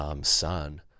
son